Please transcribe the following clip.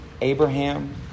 Abraham